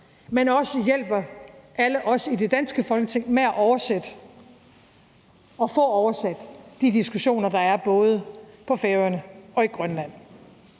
ved at hjælpe alle os i det danske Folketing med at oversætte og få oversat de diskussioner, der er både på Færøerne og i Grønland.